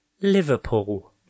Liverpool